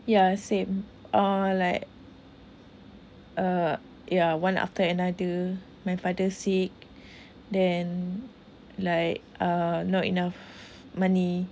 ya same uh like uh yeah one after another my father sick then like uh not enough money